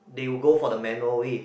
they will go for the manual way